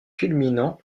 culminant